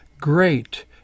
Great